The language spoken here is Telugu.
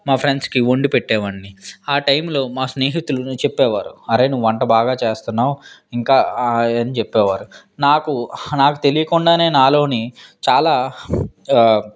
మా ఫ్రెండ్స్కి వండి పెట్టే వాడిని ఆ టైంలో మా స్నేహితులను చెప్పేవారు అరే నువ్వు వంట బాగా చేస్తున్నావు ఇంకా ఏం చెప్పేవారు నాకు నాకు తెలియకుండా నాలో చాలా